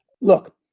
Look